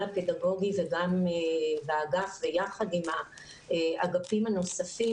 הפדגוגי וגם באגף יחד עם האגפים הנוספים,